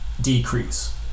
decrease